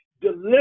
deliver